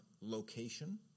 location